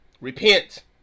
Repent